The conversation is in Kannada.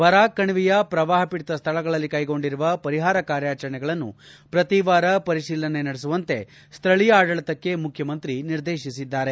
ಬರಾಕ್ ಕಣಿವೆಯ ಪ್ರವಾಹ ಪೀಡಿತ ಸ್ಥಳಗಳಲ್ಲಿ ಕ್ಲೆಗೊಂಡಿರುವ ಪರಿಹಾರ ಕಾರ್ಯಾಚರಣೆಗಳನ್ನು ಪ್ರತಿ ವಾರ ಪರಿಶೀಲನೆ ನಡೆಸುವಂತೆ ಸ್ಥಳೀಯ ಆಡಳಿತಕ್ಕೆ ಮುಖ್ಯಮಂತ್ರಿ ನಿರ್ದೇಶಿಸಿದ್ದಾರೆ